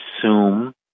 assume